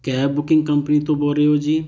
cab booking company ਤੋਂ ਬੋਲ ਰਹੇ ਹੋ ਜੀ